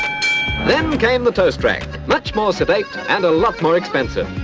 then came the toast-rack, much more sedate, and a lot more expensive.